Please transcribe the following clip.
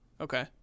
okay